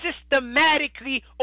systematically